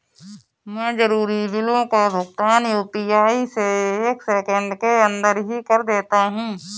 मैं जरूरी बिलों का भुगतान यू.पी.आई से एक सेकेंड के अंदर ही कर देता हूं